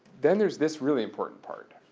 then there's this really important part,